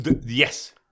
Yes